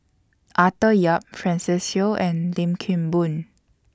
Arthur Yap Francis Seow and Lim Kim Boon